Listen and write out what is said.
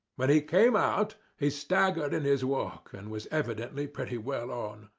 when he came out he staggered in his walk, and was evidently pretty well on.